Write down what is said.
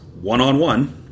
one-on-one